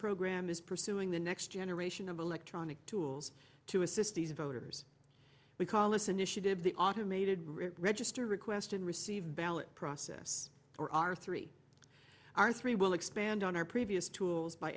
program is pursuing the next generation of electronic tools to assist these voters we call this initiative the automated rig register request and receive ballot process or our three our three will expand on our previous tools by